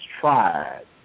tried